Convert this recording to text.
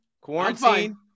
Quarantine